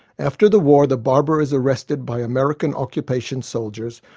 after the war the barber is arrested by american occupation soldiers,